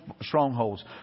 strongholds